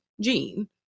gene